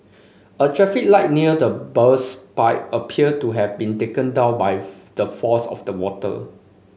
a traffic light near the burst pipe appeared to have been taken down by the force of the water